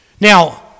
Now